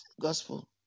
gospel